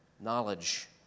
knowledge